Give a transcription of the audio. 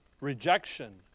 rejection